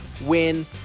win